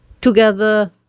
together